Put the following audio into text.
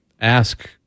ask